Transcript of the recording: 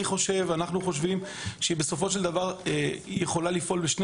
אנחנו חושבים שבסופו של דבר זה יכול לפעול לשני